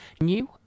new